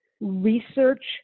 research